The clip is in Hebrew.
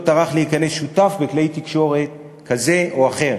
טרח להיכנס כשותף בכלי תקשורת כזה או אחר,